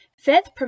Fifth